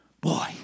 Boy